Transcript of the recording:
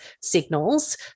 signals